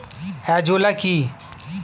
Azolla কি?